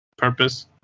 Purpose